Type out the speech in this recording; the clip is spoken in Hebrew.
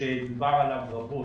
שדובר עליו רבות,